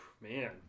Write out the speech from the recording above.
man